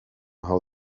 how